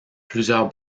plusieurs